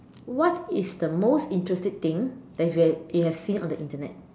what is the most interesting thing that you have you have seen on the Internet